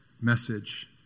message